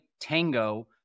Tango